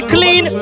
Clean